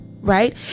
right